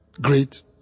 Great